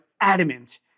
adamant